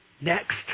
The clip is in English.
next